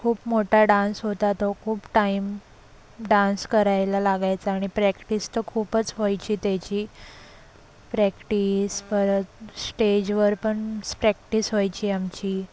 खूप मोठा डान्स होता तो खूप टाईम डान्स करायला लागायचा आणि प्रॅक्टिस तर खूपच व्हायची त्याची प्रॅक्टिस परत स्टेजवर पण प्रॅक्टिस व्हायची आमची